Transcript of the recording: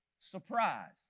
Surprise